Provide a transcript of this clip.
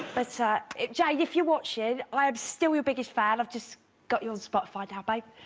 but jay if you're watching i am still your biggest fan. i've just got your spot find out, babe